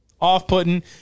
off-putting